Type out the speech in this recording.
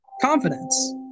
confidence